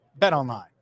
BetOnline